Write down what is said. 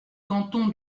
canton